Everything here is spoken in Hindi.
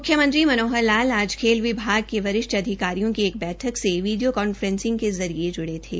मुख्यमंत्री मनोहर लाल आज खेल विभाग के वरिष्ठ अधिकारियों की एक बैठक से वीडियो कॉन्फ्रेंसिंग के जरिए जुड़े थे